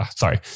sorry